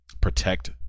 protect